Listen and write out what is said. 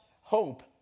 hope